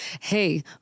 hey